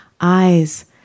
eyes